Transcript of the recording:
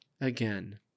again